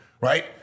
right